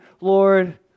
Lord